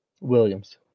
Williams